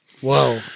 Whoa